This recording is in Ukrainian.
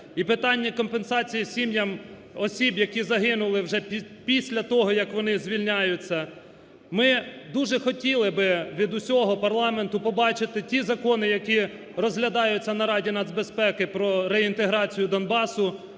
і питання компенсації сім'ям осіб, які загинули вже після того, як вони звільняються. Ми дуже хотіли би від усього парламенту побачити ті закони, які розглядаються на Раді нацбезпеки про реінтеграцію Донбасу,